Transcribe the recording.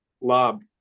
Lob